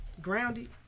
grounded